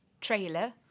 trailer